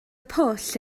pwll